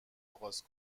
آغاز